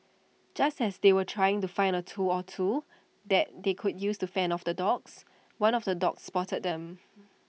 just as they were trying to find A tool or two that they could use to fend off the dogs one of the dogs spotted them